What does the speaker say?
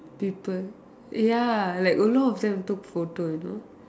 people ya like a lot of them took photo you know